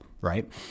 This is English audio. Right